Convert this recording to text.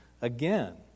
again